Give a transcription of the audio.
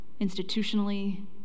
institutionally